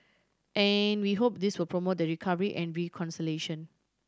and we hope this will promote the recovery and reconciliation